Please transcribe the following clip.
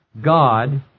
God